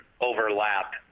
overlap